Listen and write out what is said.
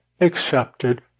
accepted